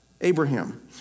Abraham